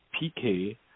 PK